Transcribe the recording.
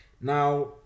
Now